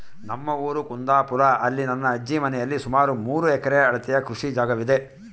ನಮ್ಮ ಊರು ಕುಂದಾಪುರ, ಅಲ್ಲಿ ನನ್ನ ಅಜ್ಜಿ ಮನೆಯಲ್ಲಿ ಸುಮಾರು ಮೂರು ಎಕರೆ ಅಳತೆಯ ಕೃಷಿ ಜಾಗವಿದೆ